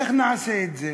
איך נעשה את זה?